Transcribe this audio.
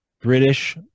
British